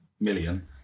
million